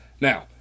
Now